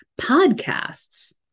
podcasts